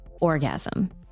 orgasm